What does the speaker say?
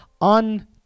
On